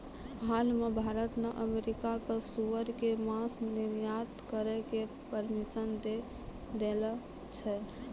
हाल मॅ भारत न अमेरिका कॅ सूअर के मांस निर्यात करै के परमिशन दै देने छै